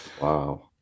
Wow